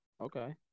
Okay